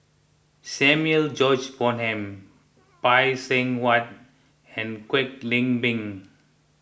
Samuel George Bonham Phay Seng Whatt and Kwek Leng Beng